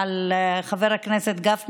אלא "לא קיבלו סיוע".